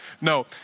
No